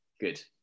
good